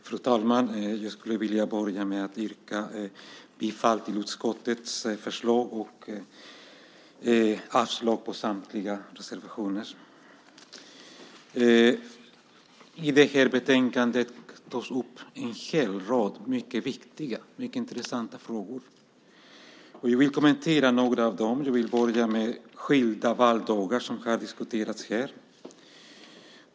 Fru talman! Jag vill börja med att yrka bifall till utskottets förslag och avslag på samtliga reservationer. I betänkandet tas en hel rad mycket viktiga och intressanta frågor upp. Jag vill kommentera några av dem, och jag börjar med skilda valdagar som har diskuterats här.